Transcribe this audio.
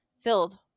filled